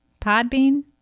Podbean